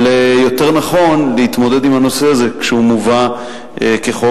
אבל יותר נכון להתמודד עם הנושא הזה כשהוא מובא בחוק.